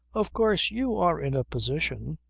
of course you are in a position.